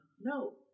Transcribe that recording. no